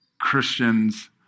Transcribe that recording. Christians